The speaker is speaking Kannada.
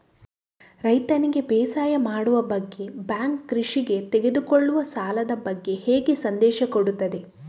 ರೈತನಿಗೆ ಬೇಸಾಯ ಮಾಡುವ ಬಗ್ಗೆ ಬ್ಯಾಂಕ್ ಕೃಷಿಗೆ ತೆಗೆದುಕೊಳ್ಳುವ ಸಾಲದ ಬಗ್ಗೆ ಹೇಗೆ ಸಂದೇಶ ಕೊಡುತ್ತದೆ?